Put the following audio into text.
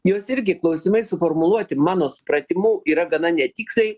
jos irgi klausimai suformuluoti mano supratimu yra gana netiksliai